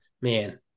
man